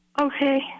Okay